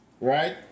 Right